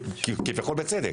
וכביכול בצדק.